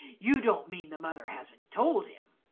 you don't mean the mother hasn't told him?